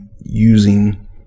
using